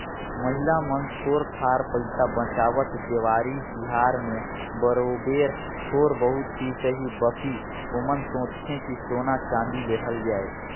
महिला मन थोर थार पइसा बंचावत, देवारी तिहार में बरोबेर थोर बहुत ही सही बकि ओमन सोंचथें कि सोना चाँदी लेहल जाए